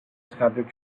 scattered